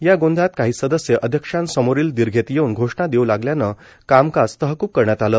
या गोंधळात काही सदस्य अध्यक्षांसमोरील दिर्घेत येऊन घोषणा देऊ लागल्याने तहकबी करण्यात आली